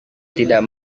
tidak